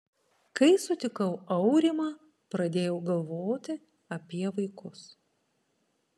kai sutikau aurimą pradėjau galvoti apie vaikus